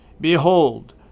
Behold